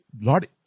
Lord